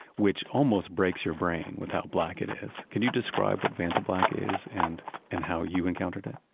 which almost breaks your brain without black it is. can you describe what vantablack is and and how you encountered it?